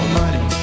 money